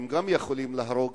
יכולים להרוג,